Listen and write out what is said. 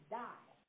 die